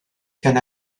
can